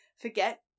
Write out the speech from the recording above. forget